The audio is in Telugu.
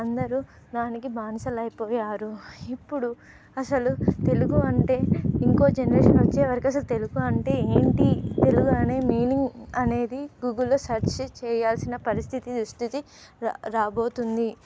అందరూ దానికి బానిసలైపోయారు ఇప్పుడు అసలు తెలుగు అంటే ఇంకో జనరేషన్ వచ్చే వరకు అసలు తెలుగు అంటే ఏంటి తెలుగు అనే మీనింగ్ అనేది గూగుల్లో సెర్చ్ చెయ్యాల్సిన పరిస్థితి దుస్థితి రా రాబోతుంది